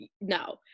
no